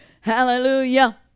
hallelujah